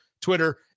Twitter